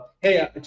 hey